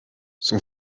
son